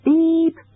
Beep